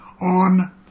on